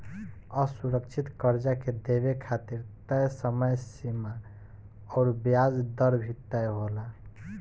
असुरक्षित कर्जा के देवे खातिर तय समय सीमा अउर ब्याज दर भी तय होला